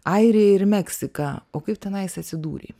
airiją ir meksiką o kaip tenai jis atsidūrė